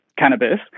Cannabis